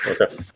Okay